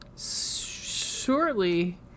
shortly